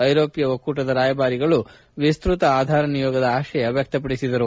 ಐರೋಷ್ಟ ಒಕ್ಕೂಟದ ರಾಯಭಾರಿಗಳು ವಿಸ್ತೃತ ಆಧಾರ ನಿಯೋಗದ ಆಶಯ ವ್ಯಕ್ಷಪಡಿಸಿದ್ದರು